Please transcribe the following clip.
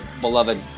beloved